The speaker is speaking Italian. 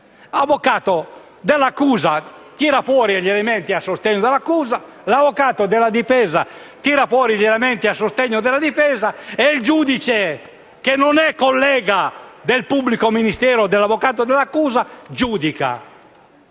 l'avvocato dell'accusa tira fuori gli elementi a sostegno dell'accusa, l'avvocato della difesa tira fuori gli elementi a sostegno della difesa, e il giudice, che non è collega del pubblico ministero o dell'avvocato dell'accusa, giudica.